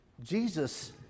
Jesus